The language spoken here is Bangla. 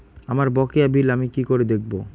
আমার বকেয়া বিল আমি কি করে দেখব?